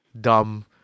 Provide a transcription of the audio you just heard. dumb